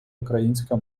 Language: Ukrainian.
українська